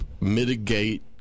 mitigate